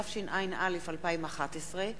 התשע"א 2011,